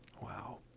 Wow